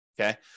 okay